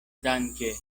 danke